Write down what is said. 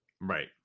Right